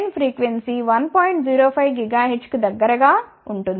05 GHz కి దగ్గరగా ఉంటుంది